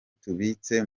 tubitse